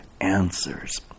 answers